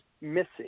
missing